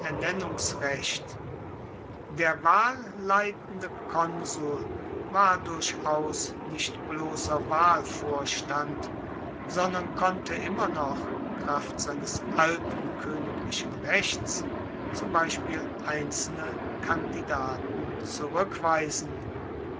ernennungsrecht der wahlleitende konsul war durchaus nicht blosser wahlvorstand sondern konnte immer noch kraft seines alten koeniglichen rechts zum beispiel einzelne kandidaten zurueckweisen